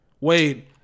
Wait